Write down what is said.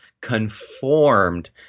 conformed